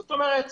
זאת אומרת